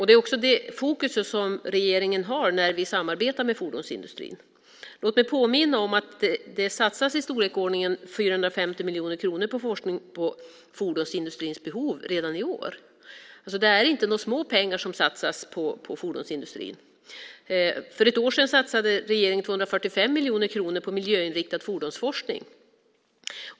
Det är också det fokus som regeringen har när vi samarbetar med fordonsindustrin. Låt mig påminna om att det redan i år satsas i storleksordningen 450 miljoner kronor på forskning när det gäller fordonsindustrins behov. Det är alltså inte småpengar som satsas på fordonsindustrin. För ett år sedan satsade regeringen 245 miljoner kronor på miljöinriktad fordonsforskning.